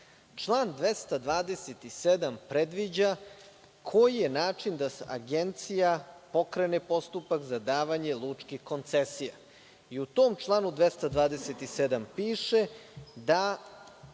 227.Član 227. predviđa koji je način da Agencija pokrene postupak za davanje lučkih koncesija i u tom članu 227. piše da